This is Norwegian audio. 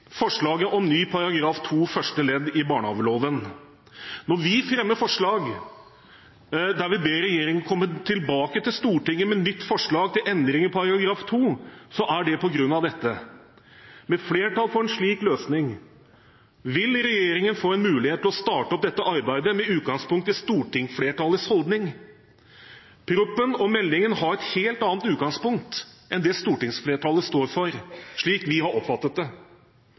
forslaget om ny § 2 første ledd i barnehageloven. Når vi fremmer forslag der vi ber regjeringen komme tilbake til Stortinget med nytt forslag til endring i § 2, er det på grunn av dette: Med flertall for en slik løsning vil regjeringen få en mulighet til å starte opp dette arbeidet med utgangspunkt i stortingsflertallets holdning. Proposisjonene og meldingen har et helt annet utgangspunkt enn det stortingsflertallet står for, slik vi har oppfattet det.